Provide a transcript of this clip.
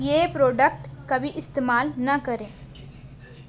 یہ پروڈکٹ کبھی استعمال نہ کریں